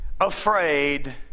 afraid